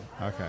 Okay